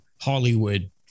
Hollywood